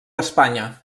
espanya